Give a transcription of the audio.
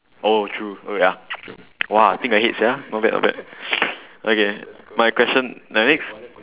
oh true oh ya true !wah! think ahead sia not bad not bad okay my question the next